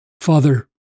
Father